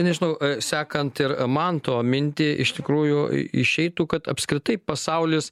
nežinau sekant ir manto mintį iš tikrųjų i išeitų kad apskritai pasaulis